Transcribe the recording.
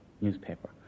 newspaper